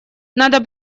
надо